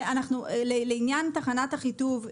לעניין תחנת אחיטוב,